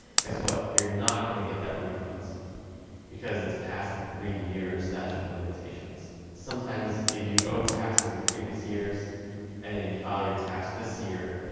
guess what you're not going to get that refund because it's past the three year statute of limitations. sometimes if you owe taxes in previous years and then you file your tax this year,